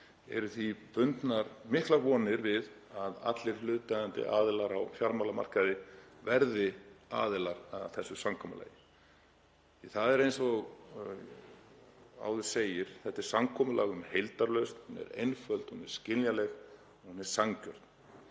eru því bundnar miklar vonir við að allir hlutaðeigandi aðilar á fjármálamarkaði verði aðilar að þessu samkomulagi. Það er eins og áður segir, þetta er samkomulag um heildarlausn og hún er einföld og hún er sanngjörn;